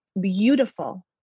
beautiful